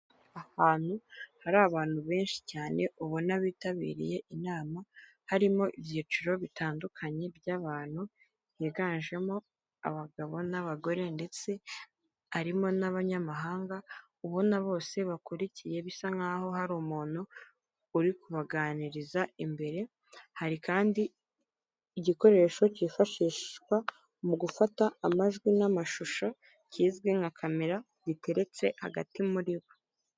Ahantu hari abantu benshi cyane ubona bitabiriye inama harimo ibyiciro bitandukanye by'abantu, higanjemo abagabo n'abagore ndetse arimo n'abanyamahanga ubona bose bakurikiye bisa nk'aho hari umuntu uri kubaganiriza imbere hari kandi igikoresho cyifashishwa mu gufata amajwi n'amashusho kizwi nka camera giteretse hagati muri bo.